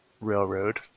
Railroad